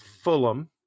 Fulham